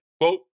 Quote